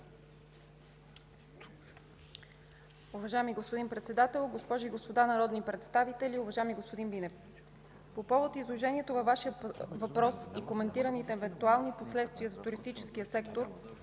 Уважаеми господин Председател, госпожи и господа народни представители! Уважаеми господин Бинев, по повод изложението във Вашия въпрос и коментираните евентуални последствия в туристическия сектор